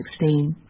2016